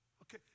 Okay